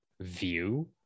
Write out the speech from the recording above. view